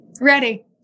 Ready